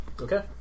Okay